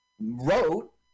wrote